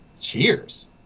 cheers